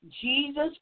Jesus